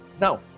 Now